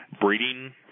breeding